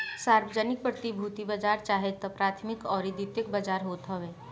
सार्वजानिक प्रतिभूति बाजार चाहे तअ प्राथमिक अउरी द्वितीयक बाजार होत हवे